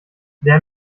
der